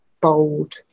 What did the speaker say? bold